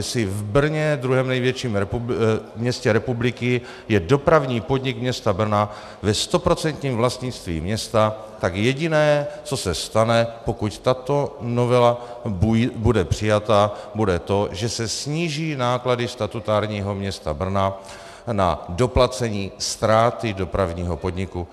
Jestli v Brně, v druhém největším městě republiky, je Dopravní podnik města Brna ve stoprocentním vlastnictví města, tak jediné, co se stane, pokud tato novela bude přijata, bude to, že se sníží náklady statutárního města Brna na doplacení ztráty dopravního podniku.